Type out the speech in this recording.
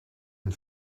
une